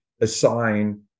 assign